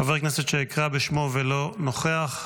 חבר כנסת שאקרא בשמו ולא נוכח,